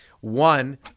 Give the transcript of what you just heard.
One